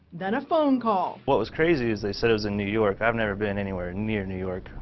then, a phone call. what was crazy was they said it was in new york. i've never been anywhere near new york,